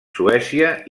suècia